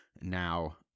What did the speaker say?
now